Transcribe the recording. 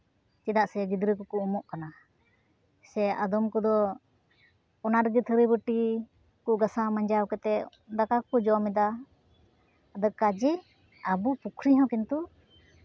ᱪᱮᱫᱟᱜ ᱥᱮ ᱜᱤᱫᱽᱨᱟᱹ ᱠᱚᱠᱚ ᱩᱢᱩᱜ ᱠᱟᱱᱟ ᱥᱮ ᱟᱫᱚᱢ ᱠᱚᱫᱚ ᱚᱱᱟ ᱨᱮᱜᱮ ᱛᱷᱟᱹᱨᱤ ᱵᱟᱹᱴᱤ ᱠᱚ ᱜᱷᱟᱥᱟᱣ ᱢᱟᱡᱟᱣ ᱠᱟᱛᱮᱫ ᱫᱟᱠᱟ ᱠᱚᱠᱚ ᱡᱚᱢ ᱮᱫᱟ ᱟᱫᱚ ᱠᱟᱡᱮ ᱟᱵᱚ ᱯᱩᱠᱷᱨᱤ ᱦᱚᱸ ᱠᱤᱱᱛᱩ